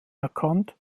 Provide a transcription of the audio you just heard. erkannt